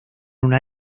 una